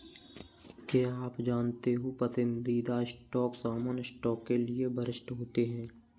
क्या आप जानते हो पसंदीदा स्टॉक सामान्य स्टॉक के लिए वरिष्ठ होते हैं?